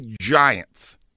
giants